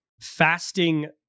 fasting